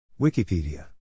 Wikipedia